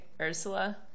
Ursula